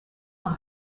one